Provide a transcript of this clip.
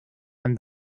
and